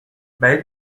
بعید